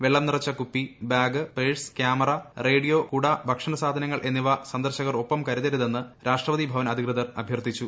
വെള്ളം നിറച്ചു കുപ്പി ബാഗ് പഴ്സ് ക്യാമറ റേഡിയോ കുട ഭക്ഷണസാധനങ്ങൾ എന്നിവ സന്ദർശകർ ഒപ്പം കരുതരുതെന്ന് രാഷ്ട്രപതി ഭവൻ അധികൃതർ അഭൃർത്ഥിച്ചു